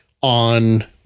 on